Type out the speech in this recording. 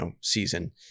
season